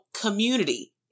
community